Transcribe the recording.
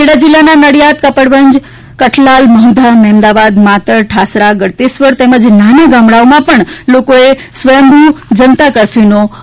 ખેડા જિલ્લાના નડિયાદ કપડવંજ કઠલાલ મહુધા મહેમદાવાદ માતર ઠાસરા ગળતેશ્વર તેમજ નાના ગામડાઓમાં પણ લોકોએ સ્વયંભૂ જનતા કરફયુનો અમલ કર્યો હતો